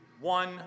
One